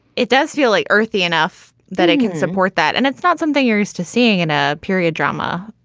it does feel like earthy enough that it can support that. and it's not something you're used to seeing in a period drama,